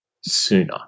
sooner